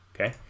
okay